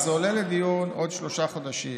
זה עולה לדיון בעוד שלושה חודשים.